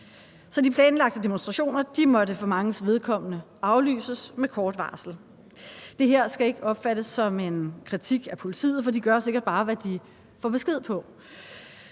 Så de planlagte demonstrationer måtte for manges vedkommende aflyses med kort varsel. Og det her skal ikke opfattes som en kritik af politiet, for de gør sikkert bare, hvad de får besked på.